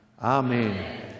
Amen